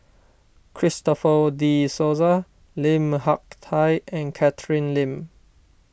Christopher De Souza Lim Hak Tai and Catherine Lim